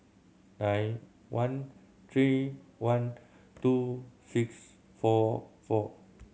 nine one three one two six four four